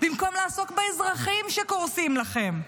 במקום לעסוק באזרחים שקורסים לכם,